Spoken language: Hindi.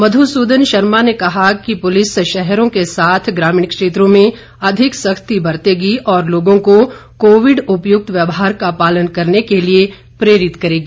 मधुसूदन शर्मा ने बताया कि पुलिस शहरों के साथ ग्रामीण क्षेत्रों में अधिक सख्ती बरतेगी और लोगों को कोविड उपयुक्त व्यवहार का पालन करने के लिए प्रेरित करेगी